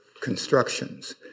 constructions